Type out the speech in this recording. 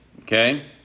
Okay